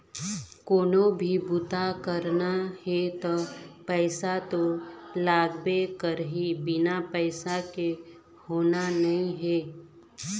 कोनो भी बूता करना हे त पइसा तो लागबे करही, बिना पइसा के होना नइ हे